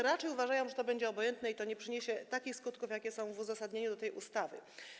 Raczej uważa ona, że to będzie obojętne i to nie przyniesie takich skutków, jakie są w uzasadnieniu do tej ustawy.